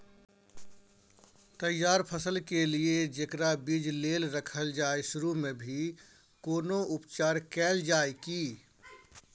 तैयार फसल के लिए जेकरा बीज लेल रखल जाय सुरू मे भी कोनो उपचार कैल जाय की?